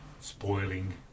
spoiling